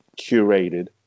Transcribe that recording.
curated